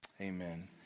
Amen